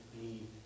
need